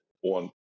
one